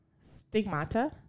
Stigmata